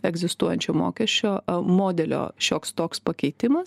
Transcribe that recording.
egzistuojančio mokesčio modelio šioks toks pakeitimas